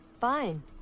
Fine